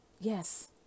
Yes